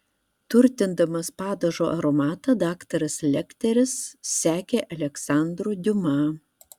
turtindamas padažo aromatą daktaras lekteris sekė aleksandru diuma